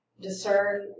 discern